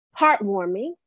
heartwarming